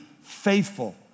faithful